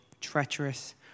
treacherous